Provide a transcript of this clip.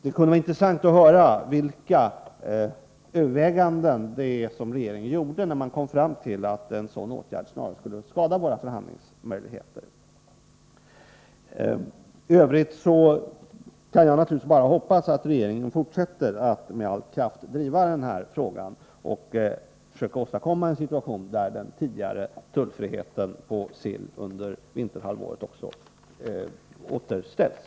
Det kunde vara intressant att höra vilka överväganden det var som regeringen gjorde när den kom fram till att motåtgärder snarare skulle skada våra förhandlingsmöjligheter. I övrigt kan jag naturligtvis bara hoppas att regeringen fortsätter att med all kraft driva denna fråga för att försöka åstadkomma en situation där den tidigare tullfriheten på sill under vinterhalvåret återställs.